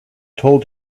told